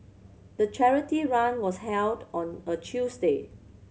the charity run was held on a Tuesday